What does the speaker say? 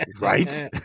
right